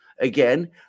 Again